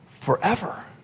forever